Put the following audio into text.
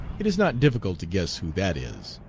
it is not difficult to guess who that is.